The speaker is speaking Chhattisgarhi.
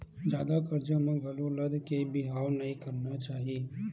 जादा करजा म घलो लद के बिहाव नइ करना चाही